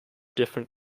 different